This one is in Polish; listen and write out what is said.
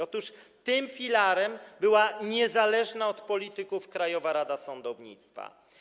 Otóż tym filarem była niezależna od polityków Krajowa Rada Sądownictwa.